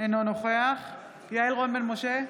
אינו נוכח יעל רון בן משה,